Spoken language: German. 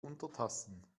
untertassen